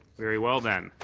very well then.